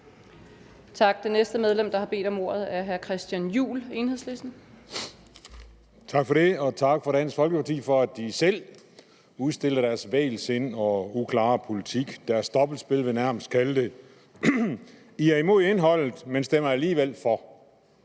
Tak. Det næste medlem, der har bedt om ordet, er hr. Christian Juhl, Enhedslisten. Kl. 14:11 Christian Juhl (EL): Tak for det, og tak til Dansk Folkeparti for, at de selv udstiller deres vægelsind og uklare politik; deres dobbeltspil vil jeg nærmest kalde det. Dansk Folkeparti er imod indholdet, men stemmer alligevel for.